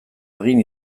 hagin